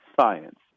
Science